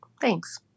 Thanks